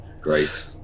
great